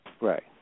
Right